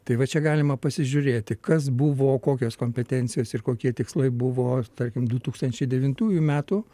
tai va čia galima pasižiūrėti kas buvo kokios kompetencijos ir kokie tikslai buvo tarkim du tūkstančiai devintųjų metų